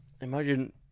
Imagine